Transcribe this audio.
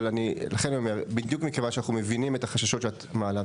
אבל לכן אני אומר: אנחנו מבינים את החששות שאת מעלה,